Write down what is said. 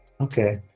Okay